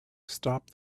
stop